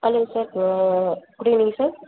hello sir good evening sir